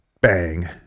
bang